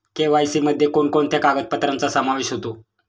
KYC मध्ये कोणकोणत्या कागदपत्रांचा समावेश होतो?